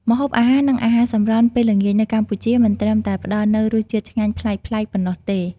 ម្ហូបអាហារ និងអាហារសម្រន់ពេលល្ងាចនៅកម្ពុជា មិនត្រឹមតែផ្តល់នូវរសជាតិឆ្ងាញ់ប្លែកៗប៉ុណ្ណោះទេ ។